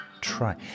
Try